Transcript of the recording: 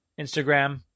Instagram